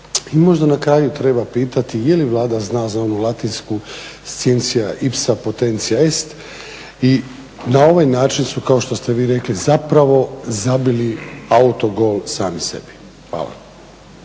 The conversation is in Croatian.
i možda na kraju treba pitati je li Vlada zna za onu latinsku … i na ovaj način su kao što ste vi rekli zapravo zabili autogol sami sebi. Hvala.